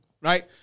right